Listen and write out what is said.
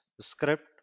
script